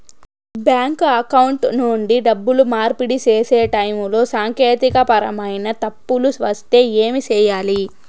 bank account నుండి డబ్బులు మార్పిడి సేసే టైములో సాంకేతికపరమైన తప్పులు వస్తే ఏమి సేయాలి